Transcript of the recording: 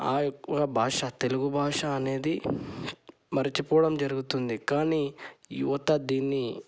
ఆయొక్క భాష తెలుగు భాష అనేది మరచిపోవడం జరుగుతుంది కానీ యువత దీన్ని